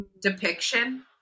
depiction